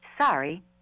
Sorry